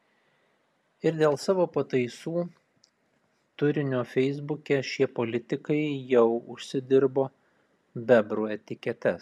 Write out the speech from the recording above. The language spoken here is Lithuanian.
ir dėl savo pataisų turinio feisbuke šie politikai jau užsidirbo bebrų etiketes